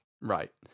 Right